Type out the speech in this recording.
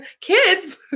Kids